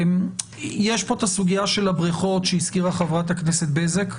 יש פה את הסוגיה של הבריכות שהזכירה חברת הכנסת בזק,